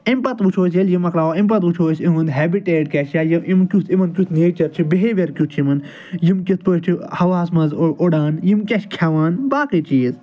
اَمہِ پَتہٕ وٕچھو أسۍ ییٚلہِ یہِ مکلاوَو اَمہِ پَتہٕ وٕچھو أسۍ یُہُنٛد ہیٚبِٹیٹ کیٛاہ چھُ یا یِم کیُتھ یِمَن کیُتھ نیچر چھُ بِہیویَر کیُتھ چھُ یِمَن یِم کِتھ پٲٹھۍ چھِ ہَوہَس مَنٛز اُڑان یِم کیاہ چھِ کھٮ۪وان باقٕے چیٖز